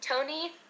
Tony